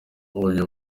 uyu